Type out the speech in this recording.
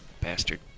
bastard